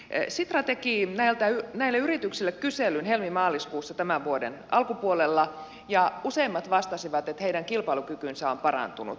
sitra teki näille yrityksille kyselyn helmimaaliskuussa tämän vuoden alkupuolella ja useimmat vastasivat että heidän kilpailukykynsä on parantunut